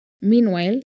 Meanwhile